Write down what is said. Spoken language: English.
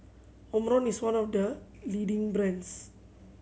Omron is one of the leading brands